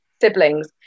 siblings